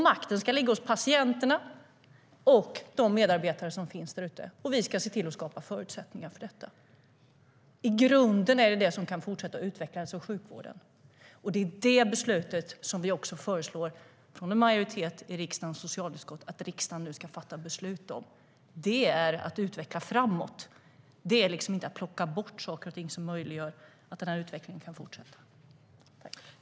Makten ska ligga hos patienterna och de medarbetare som finns där ute, och vi ska se till att skapa förutsättningar för detta.